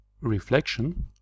reflection